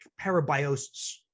parabiosis